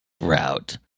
route